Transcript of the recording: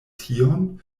tion